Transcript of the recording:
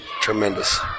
tremendous